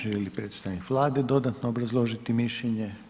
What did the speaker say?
Želi li predstavnik Vlade dodatno obrazložiti mišljenje?